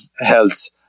health